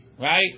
Right